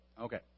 Okay